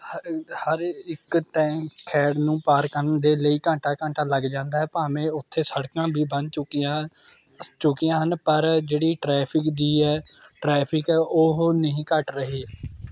ਹ ਹਰ ਇੱਕ ਟਾਇਮ ਖੈੜ ਨੂੰ ਪਾਰ ਕਰਨ ਦੇ ਲਈ ਘੰਟਾ ਘੰਟਾ ਲੱਗ ਜਾਂਦਾ ਹੈ ਭਾਵੇਂ ਉੱਥੇ ਸੜਕਾਂ ਵੀ ਬਣ ਚੁੱਕੀਆਂ ਚੁੱਕੀਆਂ ਹਨ ਪਰ ਜਿਹੜੀ ਟ੍ਰੈਫਿਕ ਦੀ ਹੈ ਟ੍ਰੈਫਿਕ ਹੈ ਉਹ ਨਹੀਂ ਘੱਟ ਰਹੀ